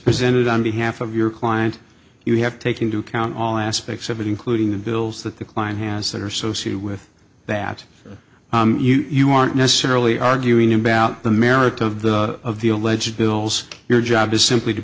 presented on behalf of your client you have to take into account all aspects of it including the bills that the klein has that are so see with that you aren't necessarily arguing about the merits of the of the alleged bills your job is simply to